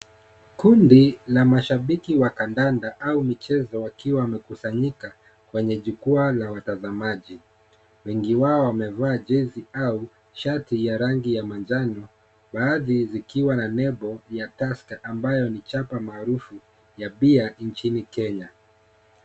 Kundi la mashabiki wa kandanda au michezo wakiwa wamekusanyika kwenye jukwaa la watazamaji. Wengi wao wamevaa jeasy au shati ya rangi ya manjano baadhi zikiwa na nembo ya Tusker ambayo ni chapa maarufu ya beer inchini Kenya.